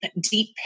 deep